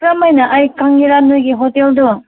ꯀꯔꯝꯃꯥꯏꯅ ꯑꯩ ꯈꯪꯒꯦꯔ ꯅꯣꯏꯒꯤ ꯍꯣꯇꯦꯜꯗꯣ